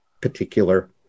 particular